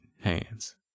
hands